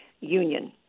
union